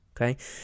okay